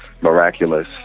miraculous